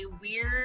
weird